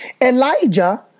Elijah